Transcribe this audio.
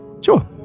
Sure